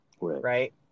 Right